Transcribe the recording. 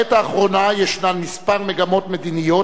בעת האחרונה ישנן כמה מגמות מדיניות